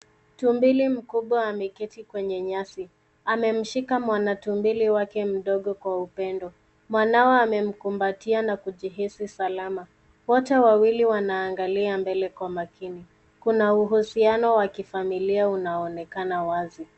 Tumbili mkubwa ameketi kwenye nyasi. Amemshika mwana tumbili wake mdogo kwa upendo. Mwanawe amemkumbatia, na kujihisi salama. Wote wawili wanaangalia mbele kwa makini. Kuna uhusiano wa kifamilia unaoonekana wazi.